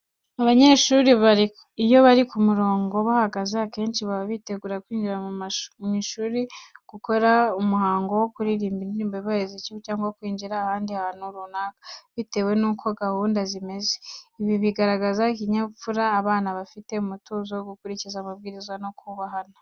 Abanyeshuri iyo bari ku murongo bahagaze, akenshi baba bitegura kwinjira mu ishuri, gukora umuhango wo kuririmba indirimbo yubahiriza igihugu cyangwa kwinjira ahandi hantu runaka, bitewe nuko gahunda zimeze. Ibi bigaragaza ikinyabupfura abana bafite, umutuzo, gukurikiza amabwiriza no kubahana.